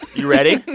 you ready?